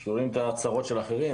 אנחנו רואים את הצרות של אחרים,